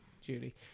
Judy